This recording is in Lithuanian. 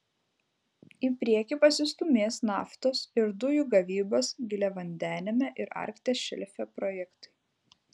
į priekį pasistūmės naftos ir dujų gavybos giliavandeniame ir arkties šelfe projektai